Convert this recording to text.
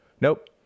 Nope